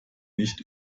nicht